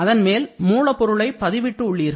அதன்மேல் மூலப்பொருளை பதிவிட்டு உள்ளீர்கள்